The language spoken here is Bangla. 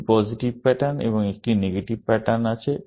দুটি পজিটিভ প্যাটার্ন এবং একটি নেগেটিভ প্যাটার্ন আছে